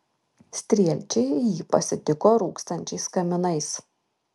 strielčiai jį pasitiko rūkstančiais kaminais